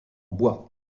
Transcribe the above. bois